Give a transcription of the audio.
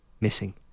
missing